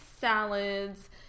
salads